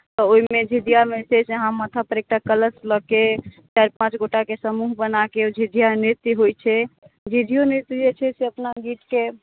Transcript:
तऽ ओहिमे झिझियामे छै से अहाँ माथापर एकटा कलश लऽ कऽ से चारि पाँच गोटाएके समूह बना कऽ झिझिया नृत्य होइत छै झिझियो नृत्य जे छै से अपना गीतके